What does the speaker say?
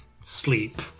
sleep